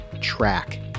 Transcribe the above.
track